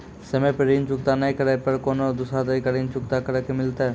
समय पर ऋण चुकता नै करे पर कोनो दूसरा तरीका ऋण चुकता करे के मिलतै?